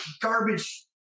garbage